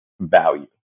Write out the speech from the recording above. value